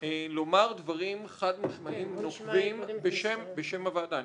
לומר דברים חד משמעיים נוקבים בשם הוועדה.